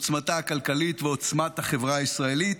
עוצמתה הכלכלית ועוצמת החברה הישראלית.